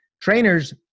trainers